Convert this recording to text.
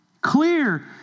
clear